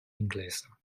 anglesa